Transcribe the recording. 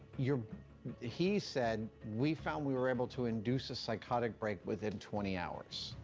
you're he said, we found, we were able to induce a psychotic break within twenty hours.